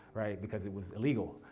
right? because it was illegal,